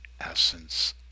essence